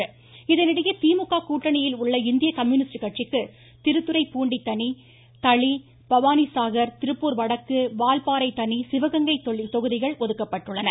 தமிழகம் தேர்தல் இதனிடையே திமுக கூட்டணியில் உள்ள இந்திய கம்யூனிஸ்ட் கட்சிக்கு திருத்துறைப்பூண்டி தனி தளி பவானி சாகர் திருப்பூர் வடக்கு வால்பாறை தனி சிவகங்கை தொகுதிகள் ஒதுக்கப்பட்டுள்ளன